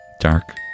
dark